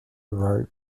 rope